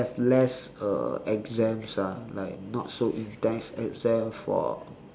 have less uh exams ah like not so intense exams for